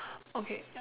okay yup